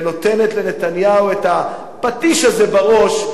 ונותנת לנתניהו את הפטיש הזה בראש,